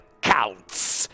Counts